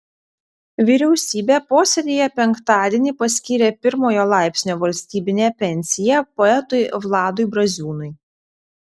vyriausybė posėdyje penktadienį paskyrė pirmojo laipsnio valstybinę pensiją poetui vladui braziūnui